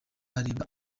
harebwe